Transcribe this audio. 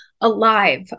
alive